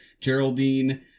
Geraldine